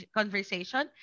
conversation